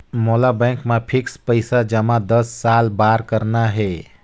मोला बैंक मा फिक्स्ड पइसा जमा दस साल बार करना हे?